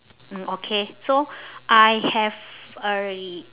mm okay so I have already